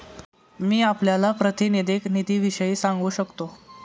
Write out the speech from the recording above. मी आपल्याला प्रातिनिधिक निधीविषयी सांगू शकतो